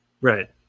right